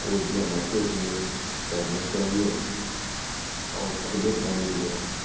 को जमाते हुए तैरना चाहिए और खुले पानी में